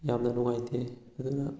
ꯌꯥꯝꯅ ꯅꯨꯡꯉꯥꯏꯇꯦ ꯑꯗꯨꯅ